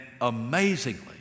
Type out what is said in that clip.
amazingly